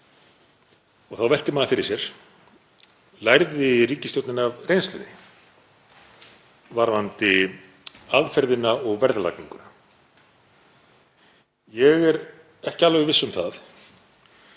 og þá veltir maður fyrir sér: Lærði ríkisstjórnin af reynslunni varðandi aðferðina og verðlagninguna? Ég er ekki alveg viss um það